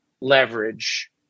leverage